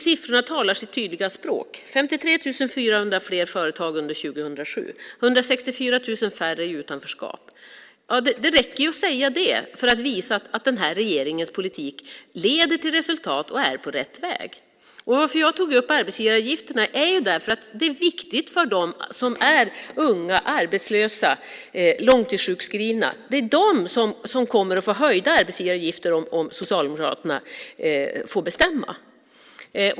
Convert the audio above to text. Siffrorna talar sitt tydliga språk: 53 400 fler företag under 2007, 164 000 färre i utanförskap. Det räcker att säga det för att visa att den här regeringens politik leder till resultat och är på rätt väg. Jag tog upp frågan om arbetsgivaravgifterna eftersom det är viktigt för dem som är unga, arbetslösa, långtidssjukskrivna. Det är de som kommer att få höjda arbetsgivaravgifter om Socialdemokraterna får bestämma.